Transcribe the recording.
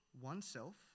oneself